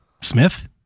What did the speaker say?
Smith